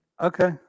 Okay